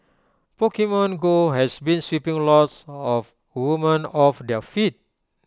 Pokemon go has been sweeping lots of woman off their feet